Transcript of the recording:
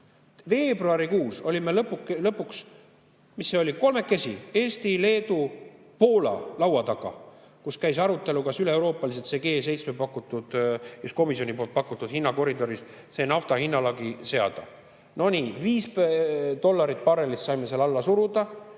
Veebruarikuus olime lõpuks kolmekesi – Eesti, Leedu ja Poola – laua taga, kus käis arutelu, kas üleeuroopaliselt G7 pakutud, komisjoni poolt pakutud hinnakoridoris see nafta hinnalagi seada. No nii, viis dollarit barrelist saime seal alla suruda.